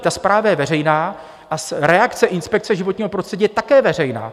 Ta zpráva je veřejná a reakce inspekce životního prostředí je také veřejná.